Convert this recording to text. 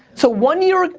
so one year,